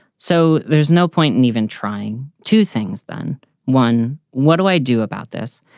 so there's no point in even trying two things. then one. what do i do about this?